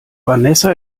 vanessa